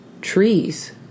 trees